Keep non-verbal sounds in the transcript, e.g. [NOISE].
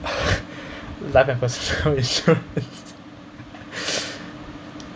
[LAUGHS] life and personal insurance